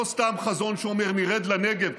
לא סתם חזון שאומר "נרד לנגב".